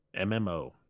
MMO